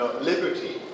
liberty